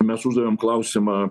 mes uždavėm klausimą